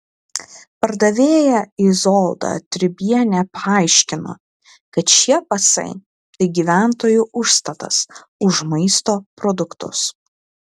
pardavėja izolda tribienė paaiškino kad šie pasai tai gyventojų užstatas už maisto produktus